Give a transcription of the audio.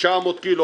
900 קילו,